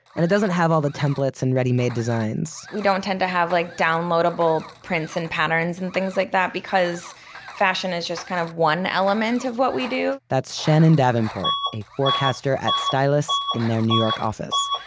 and it doesn't have all the templates and ready-made designs we don't tend to have like downloadable prints and patterns and like that because fashion is just kind of one element of what we do that's shannon davenport, a forecaster at stylus, in their new york office.